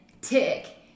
tick